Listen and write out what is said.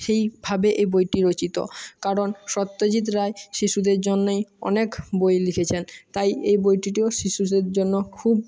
সেইভাবে এই বইটি রচিত কারণ সত্যজিৎ রায় শিশুদের জন্যই অনেক বই লিখেছেন তাই এই বইটিও শিশুদের জন্য খুব